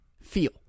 feel